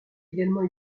également